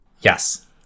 Yes